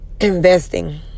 investing